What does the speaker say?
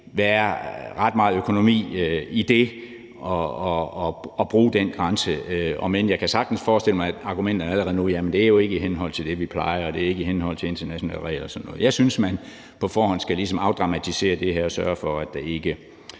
være ret meget dårlig økonomi i at bruge den grænse, om end jeg sagtens kan forestille mig argumenterne allerede nu: Jamen det er jo ikke i henhold til det, vi plejer, og det er ikke i henhold til internationale regler og sådan noget. Jeg synes, man på forhånd ligesom skal afdramatisere det her og sørge for, at der ikke